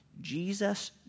Jesus